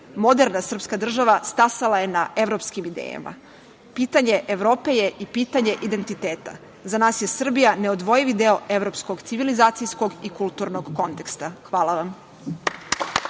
Moderna srpska država stasala je na evropskim idejama. Pitanje Evrope je i pitanje identiteta. Za nas je Srbija neodvojivi deo evropskog civilizacijskog i kulturnog konteksta. Hvala vam.